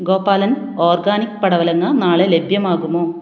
Gopalan organic പടവലങ്ങ നാളെ ലഭ്യമാകുമോ